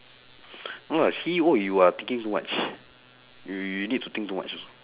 no lah C_E_O you are thinking too much you you need to think too much